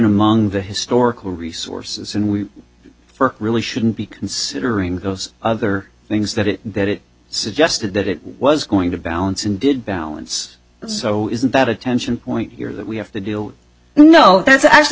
among the historical resources and we really shouldn't be considering those other things that it that it suggested that it was going to balance and did balance so isn't that a tension point here that we have to do you know that's actually